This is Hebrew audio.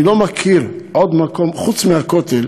אני לא מכיר עוד מקום, חוץ מהכותל,